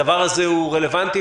הדבר הזה הוא רלוונטי.